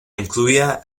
incluía